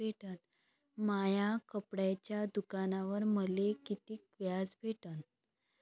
माया कपड्याच्या दुकानावर मले कितीक व्याज भेटन?